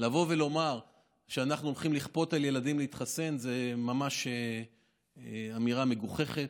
לבוא ולומר שאנחנו הולכים לכפות על ילדים להתחסן זו ממש אמירה מגוחכת.